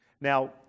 Now